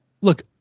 Look